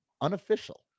unofficial